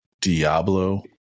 Diablo